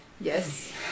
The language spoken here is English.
Yes